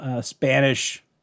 Spanish